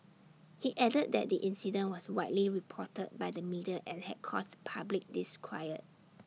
he added that the incident was widely reported by the media and had caused public disquiet